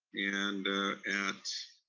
and at,